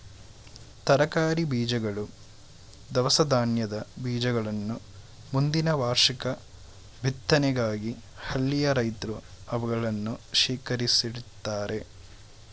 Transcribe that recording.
ತರಕಾರಿ ಬೀಜಗಳು, ದವಸ ಧಾನ್ಯದ ಬೀಜಗಳನ್ನ ಮುಂದಿನ ವಾರ್ಷಿಕ ಬಿತ್ತನೆಗಾಗಿ ಹಳ್ಳಿಯ ರೈತ್ರು ಅವುಗಳನ್ನು ಶೇಖರಿಸಿಡ್ತರೆ